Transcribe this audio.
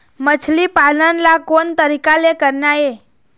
मछली पालन ला कोन तरीका ले करना ये?